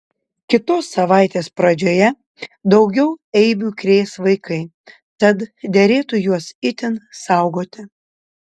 kitos savaitės pradžioje daugiau eibių krės vaikai tad derėtų juos itin saugoti